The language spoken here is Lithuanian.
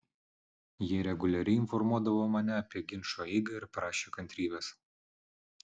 jie reguliariai informuodavo mane apie ginčo eigą ir prašė kantrybės